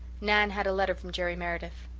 nan had a letter from jerry meredith.